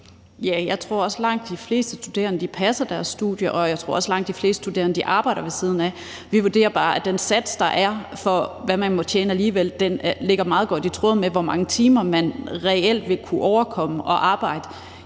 Jeg tror også, at langt de fleste studerende passer deres studie, og jeg tror også, at langt de fleste studerende arbejder ved siden af. Vi vurderer bare, at den sats, der er for, hvad man må tjene, alligevel ligger meget godt i tråd med, hvor mange timer man reelt vil kunne overkomme at arbejde,